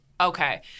Okay